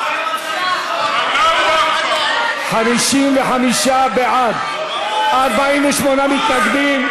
שאם הוא לא יתעשת ויבין שגם השבויים שלנו שנמצאים בידיו,